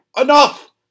Enough